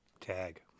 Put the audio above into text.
tag